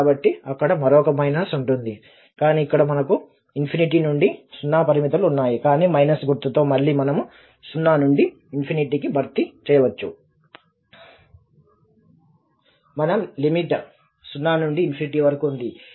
కాబట్టి అక్కడ మరొక మైనస్ ఉంటుంది కానీ ఇక్కడ మనకు నుండి 0 పరిమితులు ఉన్నాయి కానీ మైనస్ గుర్తుతో మళ్లీ మనము 0 నుండి కి భర్తీ చేయవచ్చు మనకు లిమిట్ 0 నుండి వరకు ఉంది